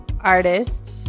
artist